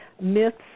myths